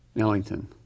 Ellington